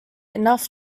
enough